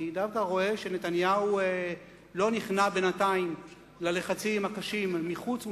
אני דווקא רואה שנתניהו לא נכנע בינתיים ללחצים הקשים מחוץ ומבית,